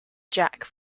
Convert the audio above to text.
jack